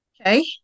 Okay